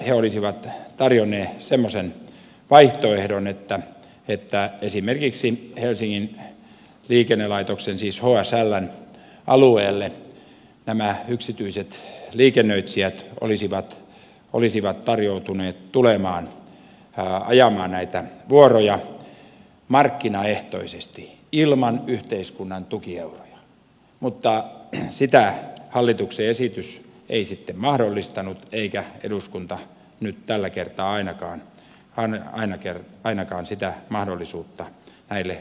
he olisivat tarjonneet semmoisen vaihtoehdon että esimerkiksi helsingin liikennelaitoksen siis hsln alueelle nämä yksityiset liikennöitsijät olisivat tarjoutuneet tulemaan ajamaan näitä vuoroja markkinaehtoisesti ilman yhteiskunnan tukieuroja mutta sitä hallituksen esitys ei sitten mahdollistanut eikä eduskunta nyt tällä kertaa ainakaan sitä mahdollisuutta näille yksityisille liikenteenharjoittajille suo